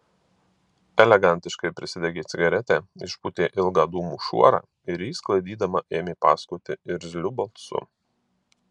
elegantiškai prisidegė cigaretę išpūtė ilgą dūmų šuorą ir jį sklaidydama ėmė pasakoti irzliu balsu